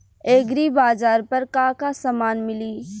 एग्रीबाजार पर का का समान मिली?